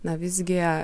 na visgi